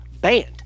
banned